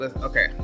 okay